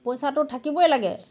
পইচাটো থাকিবই লাগে